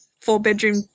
four-bedroom